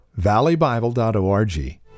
valleybible.org